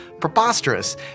preposterous